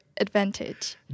advantage